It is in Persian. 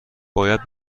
باید